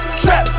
trap